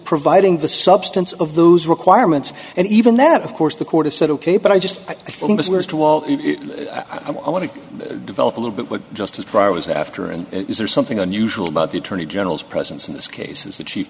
providing the substance of those requirements and even that of course the court has said ok but i just i think i want to develop a little bit what justice breyer was after and is there something unusual about the attorney general's presence in this case is the the